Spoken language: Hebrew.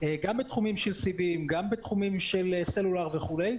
גם בתחומים של סיבים, גם בתחומים של סלולר וכולי.